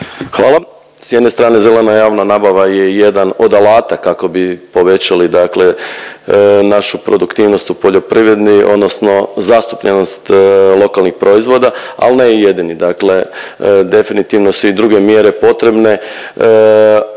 Hvala. S jedne strane, zelena javna nabava je jedan od alata kako bi povećali, dakle našu produktivnost u poljoprivredi odnosno zastupljenost lokalnih proizvoda, ali ne i jedini, dakle, definitivno su i druge mjere potrebne,